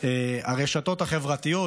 הרשתות החברתיות,